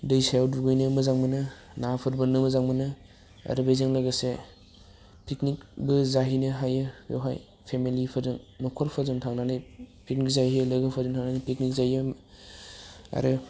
दैसायाव दुगैनो मोजां मोनो नाफोर बोननो मोजां मोनो आरो बेजों लोगोसे पिकनिकबो जाहैनो हायो बेवहाय फेमेलिफोरजों न'खरफोरजों थांनानै पिकनिक जाहैयो लोगोफोरजों थांनानै पिकनिक जायो आरो